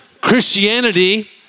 Christianity